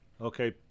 Okay